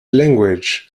language